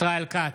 ישראל כץ,